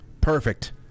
Perfect